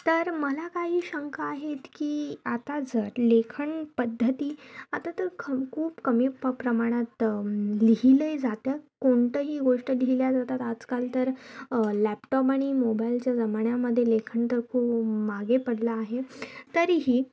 तर मला काही शंका आहेत की आता जर लेखन पद्धती आता तर ख खूप कमी प्रमाणात लिहिले जातं कोणतंही गोष्ट लिहिल्या जातात आजकाल तर लॅपटॉप आणि मोबाईलच्या जमान्यामध्ये लेखन तर खूप मागे पडलं आहे तरीही